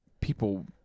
People